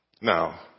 Now